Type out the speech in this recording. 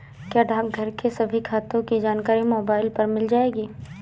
क्या डाकघर के सभी खातों की जानकारी मोबाइल पर मिल जाएगी?